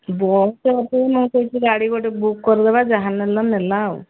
bus ଗୋଟେ book ନ କରି ଗାଡ଼ି ଗୋଟେ ବୁକ୍ କରିଦବା ଯାହା ନେଲା ନେଲା